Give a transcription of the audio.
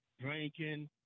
drinking